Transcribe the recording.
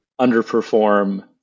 underperform